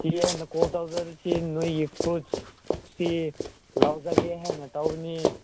ꯁꯤ ꯑꯩꯅ ꯀꯣꯜ ꯇꯧꯖꯔꯤꯁꯤ ꯅꯣꯏꯒꯤ ꯐꯨꯗꯁꯤ ꯂꯧꯖꯒꯦ ꯍꯥꯏꯅ ꯇꯧꯕꯅꯤ